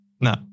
No